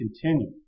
continue